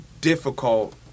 difficult